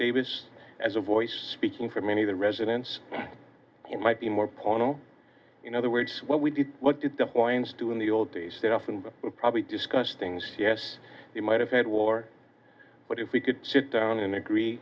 davis as a voice speaking for many of the residents might be more parnell in other words what we did what did the planes do in the old days that often but probably discuss things yes they might have had war but if we could sit down and agree